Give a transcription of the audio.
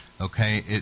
Okay